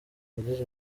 yagize